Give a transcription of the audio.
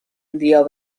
dio